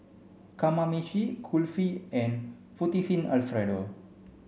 Kamameshi Kulfi and Fettuccine Alfredo